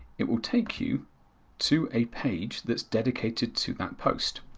it will take you to a page that's dedicated to that post.